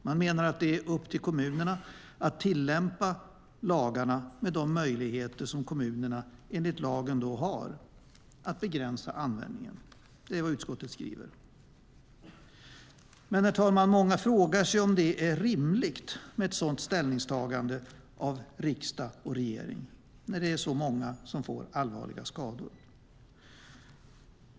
Man menar att det är upp till kommunerna att tillämpa lagarna med de möjligheter kommunerna enligt lagen har att begränsa användningen. Det är vad utskottet skriver. Men, herr talman, många frågar sig om det är rimligt med ett sådant ställningstagande av riksdag och regering när det är så många som får allvarliga skador.